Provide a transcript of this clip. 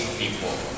people